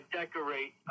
decorate